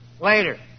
Later